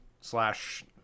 Slash